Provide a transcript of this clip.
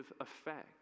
effect